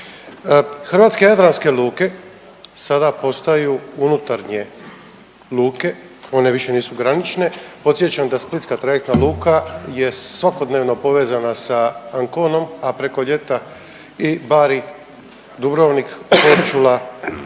Hrvatske jadranske luke sada postaju unutarnje luke, one više nisu granične. Podsjećam da Splitska trajektna luka je svakodnevno povezana sa Anconom, a preko ljeta i Bari, Dubrovnik, Korčula